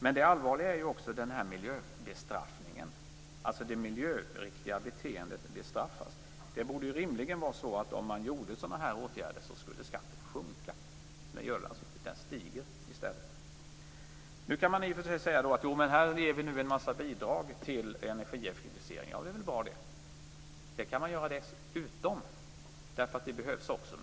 Men det allvarliga är också den här miljöbestraffningen. Det miljöriktiga beteendet bestraffas. Det borde rimligen vara så att skatten skulle sjunka om man vidtog sådana här åtgärder. Det gör den alltså inte. Den stiger i stället. Nu kan man i och för sig säga att vi ger en massa bidrag till energieffektiviseringen. Ja, det är bra det. Det kan man göra dessutom, för det behövs också.